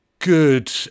Good